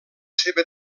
seva